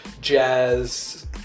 jazz